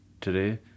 today